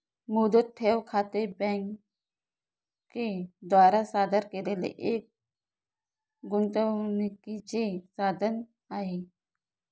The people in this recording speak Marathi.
मुदत ठेव खाते बँके द्वारा सादर केलेले एक गुंतवणूकीचे साधन आहे